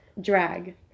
drag